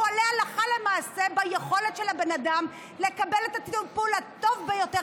והוא עולה הלכה למעשה ביכולת של בן אדם לקבל את הטיפול הטוב ביותר,